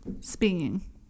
speaking